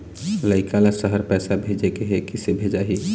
लइका ला शहर पैसा भेजें के हे, किसे भेजाही